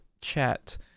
chat